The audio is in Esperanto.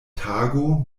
tago